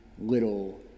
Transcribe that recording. little